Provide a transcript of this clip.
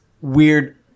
weird